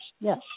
Yes